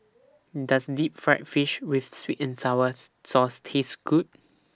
Does Deep Fried Fish with Sweet and Sour Sauce Taste Good